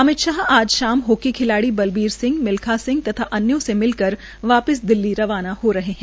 अमित शाह आज शाम हाकी खिलाड़ी बलबीर सिंह मिलखा सिंह तथा अनयों से मिलकर वापिस दिल्ली रवाना हो रहे है